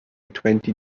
twenty